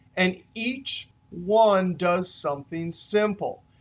and each one does something simple.